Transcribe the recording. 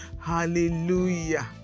hallelujah